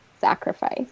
Sacrifice